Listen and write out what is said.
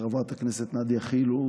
חברת הכנסת נדיה חילו,